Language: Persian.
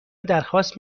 درخواست